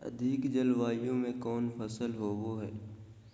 अधिक जलवायु में कौन फसल होबो है?